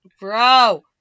bro